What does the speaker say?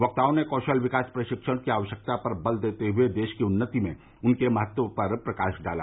वक्ताओं ने कौशल विकास प्रशिक्षण की आवश्यकता पर बल देते हए देश की उन्नति में उसके महत्व पर प्रकाश डाला